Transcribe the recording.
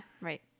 right